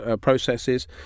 processes